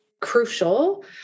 crucial